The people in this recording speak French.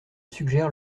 suggère